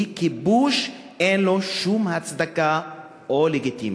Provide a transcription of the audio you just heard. היא כיבוש, אין לו שום הצדקה או לגיטימיות.